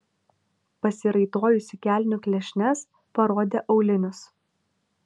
pasiraitojusi kelnių klešnes parodė aulinius